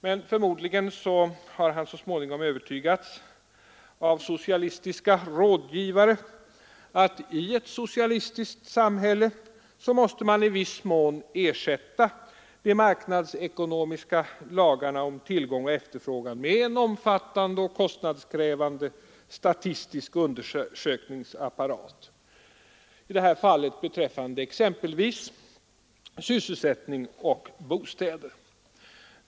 Men förmodligen har han så småningom övertygats av socialistiska rådgivare om att i ett socialistiskt samhälle måste man i viss mån ersätta de marknadsekonomiska lagarna om tillgång och efterfrågan med en omfattande och kostnadskrävande statistisk undersökningsapparat, i detta fall beträffande exempelvis sysselsättning och bostäder.